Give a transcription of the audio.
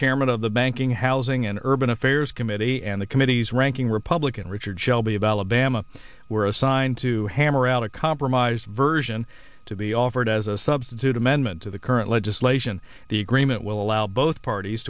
chairman of the banking housing and urban affairs committee and the committee's ranking republican richard shelby of alabama were assigned to hammer out a compromise version to be offered as a substitute amendment to the current legislation the agreement will allow both parties